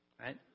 right